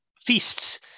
feasts